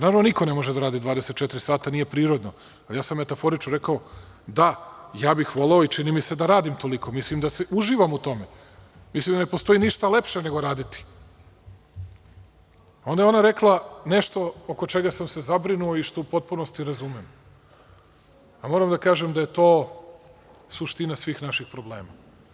Normalno je da niko ne može da radi 24 sata, nije prirodno, ali ja sam metaforično rekao: „Da, ja bih voleo i čini mi se da radim toliko, mislim i da uživam u tome, jer ne postoji ništa lepše nego raditi.“ Onda je ona rekla nešto oko čega sam se zabrinuo i što u potpunosti razumem, ali moram da kažem da je to suština svih naših problema.